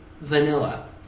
Vanilla